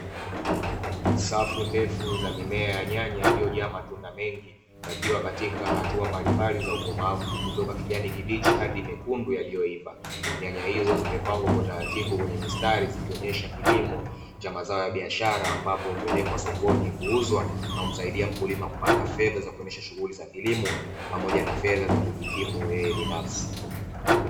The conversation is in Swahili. Safu ndefu za mimea ya nyanya iliyojaa matunda mengi yakiwa katika hatua mbalimbali za ukomavu, kutoka kijani kibichi hadi mekundu yaliyoiva nyanya hizo zimepangwa kwa utaratibu kwenye mistari zikionyesha kilimo cha mazao ya biashara, ambapo hupelekwa sokoni kuuzwa na humsaidia mkulima kupata fedha za kuendesha shughuli za kilimo pamojana fedha za kujikimu yeye binafsi.